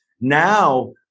Now